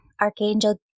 archangel